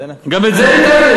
גם את זה ביטלתם,